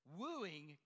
wooing